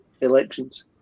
elections